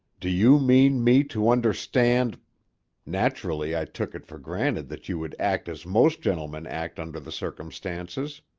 do you mean me to understand naturally, i took it for granted that you would act as most gentlemen act under the circumstances.